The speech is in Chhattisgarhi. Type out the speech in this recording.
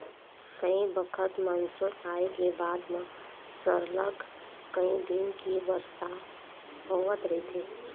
कइ बखत मानसून आए के बाद म सरलग कइ दिन ले बरसा होवत रहिथे